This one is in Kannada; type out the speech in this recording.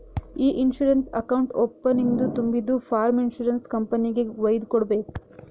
ಇ ಇನ್ಸೂರೆನ್ಸ್ ಅಕೌಂಟ್ ಓಪನಿಂಗ್ದು ತುಂಬಿದು ಫಾರ್ಮ್ ಇನ್ಸೂರೆನ್ಸ್ ಕಂಪನಿಗೆಗ್ ವೈದು ಕೊಡ್ಬೇಕ್